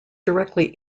directly